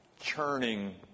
churning